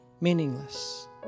meaningless